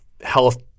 Health